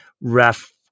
ref